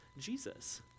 Jesus